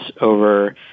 over